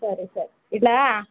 ಸರಿ ಸರಿ ಇಡಲಾ